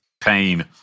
Pain